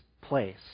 place